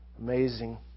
amazing